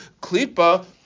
klipa